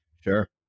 Sure